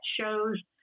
shows